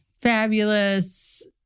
fabulous